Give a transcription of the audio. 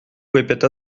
répéta